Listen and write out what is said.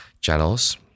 channels